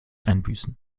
einbüßen